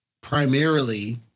primarily